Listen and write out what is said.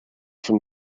from